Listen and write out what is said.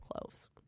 cloves